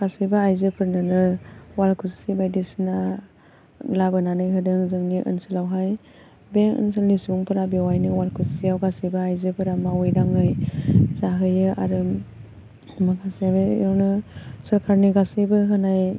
गासैबो आइजोफोरनोनो वालखुसि बायदिसिना लाबोनानै होदों जोंनि ओनसोलआवहाय बे ओनसोलनि सुबुंफोरा बेवहायनो वालखुसियाव गासैबो आइजोफोरा मावै दाङै जाहैयो आरो माखासे बेयावनो सरकारनि गासैबो होनाय